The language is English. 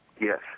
Yes